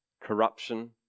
corruption